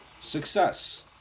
success